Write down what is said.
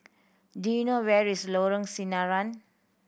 do you know where is Lorong Sinaran